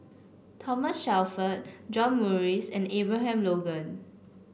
Thomas Shelford John Morrice and Abraham Logan